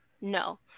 no